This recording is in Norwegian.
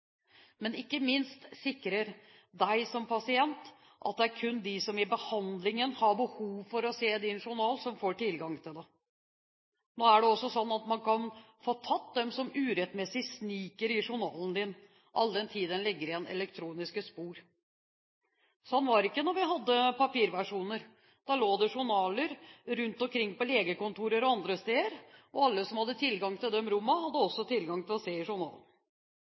ikke minst sikrer deg som pasient at kun de som i behandlingen har behov for å se din journal, får tilgang til det. Nå er det også sånn at man kan få tatt dem som urettmessig sniker i journalen din, all den tid en legger igjen elektroniske spor. Sånn var det ikke når vi hadde papirversjoner. Da lå det journaler rundt omkring på legekontorer og andre steder, og alle som hadde tilgang til de rommene, hadde også tilgang til å se i